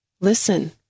listen